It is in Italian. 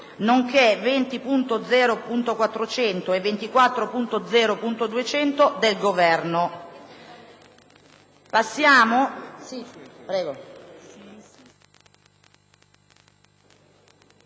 nonché 20.0.400 e 24.0.200 del Governo.